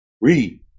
Read